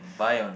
buy on ah